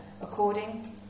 according